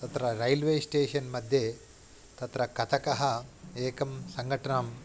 तत्र railway station मध्ये तत्र कथकः एकां सङ्घटनां